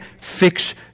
fix